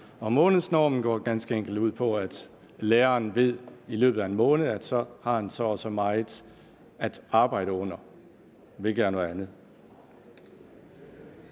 Månedsnormen går ganske enkelt ud på, at læreren ved, at i løbet af 1 måned har han så og så meget arbejde. Og det er noget andet.